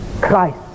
Christ